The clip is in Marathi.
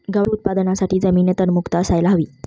गवार उत्पादनासाठी जमीन तणमुक्त असायला हवी